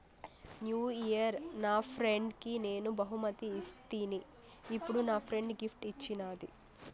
new year నా ఫ్రెండ్కి నేను బహుమతి ఇస్తిని, ఇప్పుడు నా ఫ్రెండ్ గిఫ్ట్ ఇచ్చిన్నాది